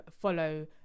follow